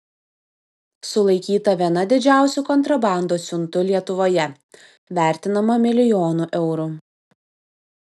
sulaikyta viena didžiausių kontrabandos siuntų lietuvoje vertinama milijonu eurų